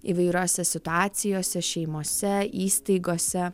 įvairiose situacijose šeimose įstaigose